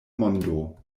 mondo